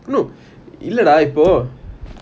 true இல்லடா இப்போ:illada ipo